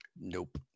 Nope